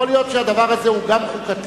יכול להיות שהדבר הזה הוא גם חוקתי,